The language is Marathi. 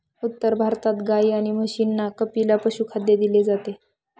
उत्तर भारतात गाई आणि म्हशींना कपिला पशुखाद्य दिले जाते